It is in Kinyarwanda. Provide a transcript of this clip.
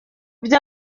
byo